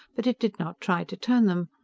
but it did not try to turn them.